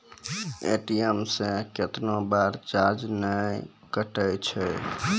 ATM से कैतना बार चार्ज नैय कटै छै?